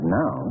now